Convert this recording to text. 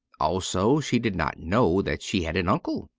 also she did not know that she had an uncle.